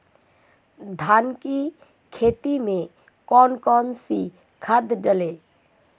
धान की खेती में कौन कौन सी खाद डालें?